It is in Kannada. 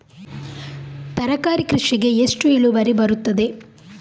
ತರಕಾರಿ ಕೃಷಿಗೆ ಎಷ್ಟು ಇಳುವರಿ ಬರುತ್ತದೆ?